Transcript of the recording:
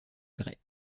grey